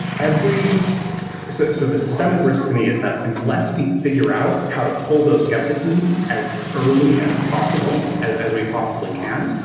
so so the systemic risk to me is that unless we figure out how to pull those skeptics in as early as possible, as as we possibly can,